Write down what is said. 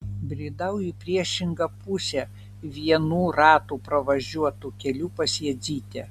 bridau į priešingą pusę vienų ratų pravažiuotu keliu pas jadzytę